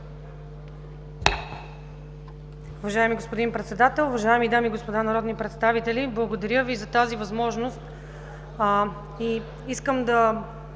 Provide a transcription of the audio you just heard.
Уважаеми господин Председател, уважаеми дами и господа народни представители! Благодаря Ви за тази възможност и искам първо